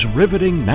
riveting